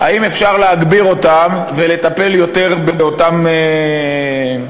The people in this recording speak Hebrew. האם אפשר להגביר אותם ולטפל יותר באותם ניצולים?